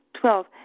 Twelve